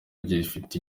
gifite